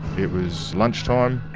it was lunchtime